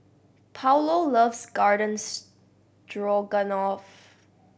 Paulo loves Garden Stroganoff